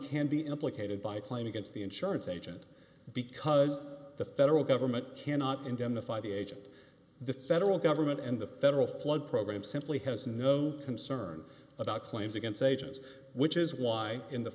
can be implicated by klein against the insurance agent because the federal government cannot indemnify the agent the federal government and the federal flood program simply has no concern about claims against agents which is why in the